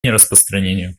нераспространению